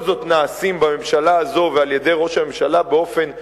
זאת נעשים בממשלה הזו ועל-ידי ראש הממשלה באופן אישי,